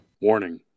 Warning